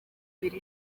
ibiri